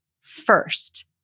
first